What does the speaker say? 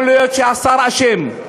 יכול להיות שהשר אשם,